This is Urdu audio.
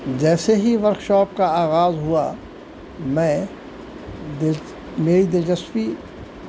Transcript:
جیسے ہی ورک شاپ کا آغاز ہوا میں میری دلچسپی